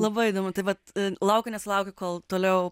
labai įdomu tai vat laukiu nesulaukiu kol toliau